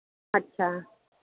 अच्छा